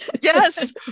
Yes